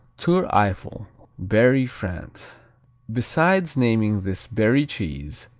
tour eiffel berry, france besides naming this berry cheese,